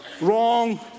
Wrong